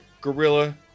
Gorilla